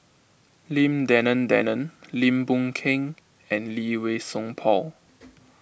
Lim Denan Denon Lim Boon Keng and Lee Wei Song Paul